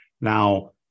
Now